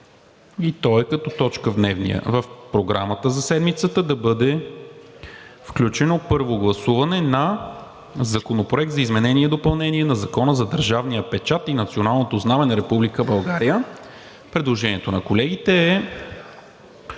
и то е като точка в Програмата за седмицата, да бъде включено – Първо гласуване на Законопроекта за изменение и допълнение на Закона за държавния печат и националното знаме на Република България. Предложението на колегите е